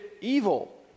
evil